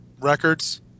records